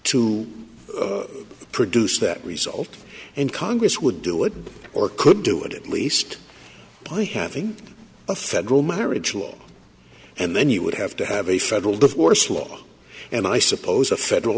to produce that result and congress would do it or could do it at least by having a federal marriage law and then you would have to have a federal divorce law and i suppose a federal